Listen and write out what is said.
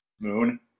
Moon